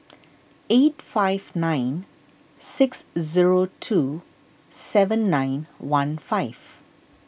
eight five nine six zero two seven nine one five